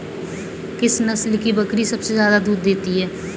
किस नस्ल की बकरी सबसे ज्यादा दूध देती है?